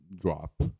drop